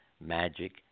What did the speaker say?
magic